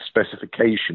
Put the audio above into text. specification